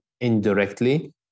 indirectly